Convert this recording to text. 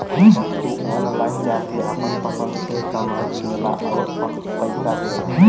बस तू ऑनलाइन जाके आपन पसंद के समान चुनला आउर पइसा दे दा